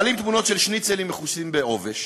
מעלים תמונות של שניצלים מכוסים בעובש,